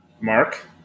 Mark